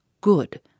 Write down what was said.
Good